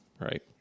right